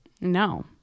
no